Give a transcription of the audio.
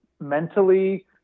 mentally